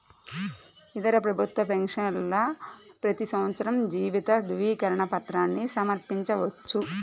ఇతర ప్రభుత్వ పెన్షనర్లు ప్రతి సంవత్సరం జీవిత ధృవీకరణ పత్రాన్ని సమర్పించవచ్చు